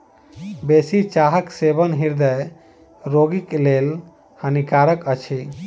बेसी चाहक सेवन हृदय रोगीक लेल हानिकारक अछि